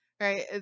right